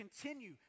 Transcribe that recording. continue